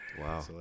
Wow